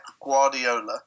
Guardiola